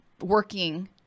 working